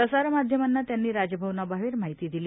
प्रसारमाध्यमांना त्यांनी राजभवनाबाहेर माहिती दिली